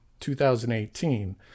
2018